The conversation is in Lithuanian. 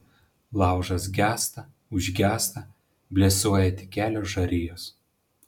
laužas gęsta užgęsta blėsuoja tik kelios žarijos